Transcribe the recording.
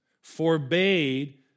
forbade